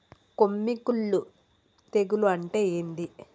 కొమ్మి కుల్లు తెగులు అంటే ఏంది?